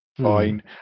fine